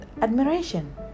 admiration